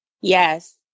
Yes